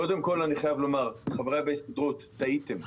קודם כל אני חייב לומר: חבריי בהסתדרות, טעיתם.